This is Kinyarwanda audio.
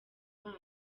bana